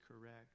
correct